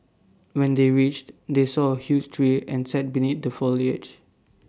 when they reached they saw A huge tree and sat beneath the foliage